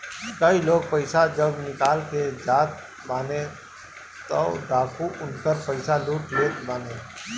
कई लोग पईसा जब निकाल के जाते बाने तअ डाकू उनकर पईसा लूट लेत बाने